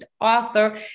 author